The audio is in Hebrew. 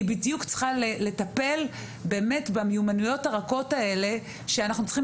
היא צריכה לטפל במיומנות הרכות האלה שאנחנו צריכים